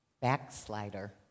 backslider